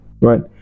right